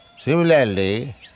similarly